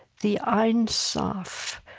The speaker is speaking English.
the ein sof,